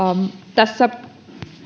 tässä